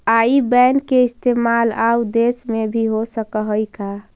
आई बैन के इस्तेमाल आउ देश में भी हो सकऽ हई का?